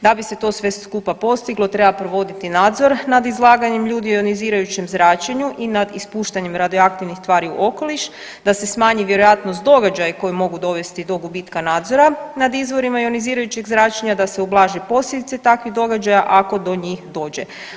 Da bi se to sve skupa postiglo treba provoditi nadzor nad izlaganjem ljudi ionizirajućem zračenju i nad ispuštanjem radioaktivnih tvari u okoliš, da se smanji vjerojatnost događaja koji mogu dovesti do gubitka nadzoran nad izvorima ionizirajućeg zračenja, da se ublaže posljedice takvih događaja ako do njih dođe.